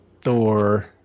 Thor